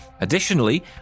Additionally